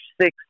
six